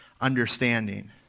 understanding